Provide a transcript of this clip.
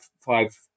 five